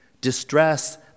Distress